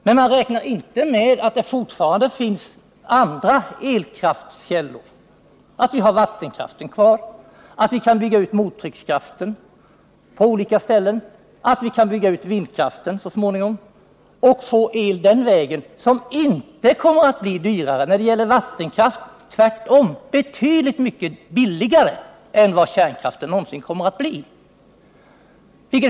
Men man räknar inte med att det fortfarande finns andra elkraftskällor: att vi har vattenkraften kvar, att vi kan bygga ut mottryckskraften på olika ställen och att vi så småningom kan bygga ut vindkraften. På den vägen kan vi få el som inte blir dyrare. Vattenkraften kommer tvärtom att bli betydligt billigare än kärnkraften någonsin blir.